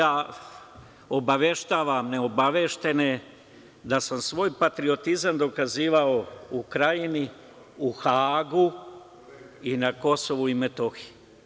A, obaveštavam neobaveštene da sam svoj patriotizam dokazivao u Krajini, u Hagu i na KiM.